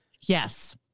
Yes